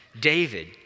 David